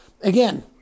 Again